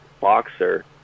boxer